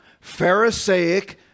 Pharisaic